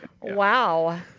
Wow